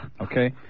Okay